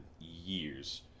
years